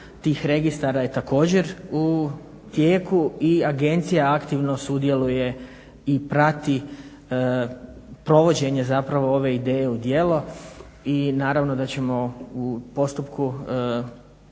tih registara je također u tijeku. I agencija aktivno sudjeluje i prati provođenje, zapravo ove ideje u djelo i naravno da ćemo u postupku